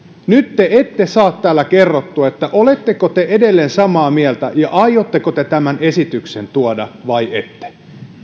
nyt te ette saa täällä kerrottua oletteko te edelleen samaa mieltä ja aiotteko te tämän esityksen tuoda vai ette